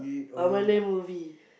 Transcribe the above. a Malay movie